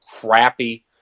crappy